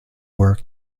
were